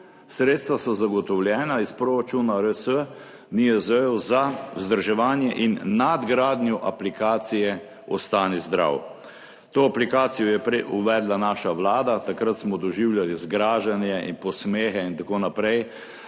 Sredstva so zagotovljena iz proračuna RS NIJZ-ju za vzdrževanje in nadgradnjo aplikacije Ostani zdrav. To aplikacijo je prej uvedla naša Vlada. Takrat smo doživljali zgražanje in posmehe in tako naprej,